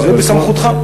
זה בסמכותך.